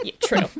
true